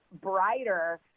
brighter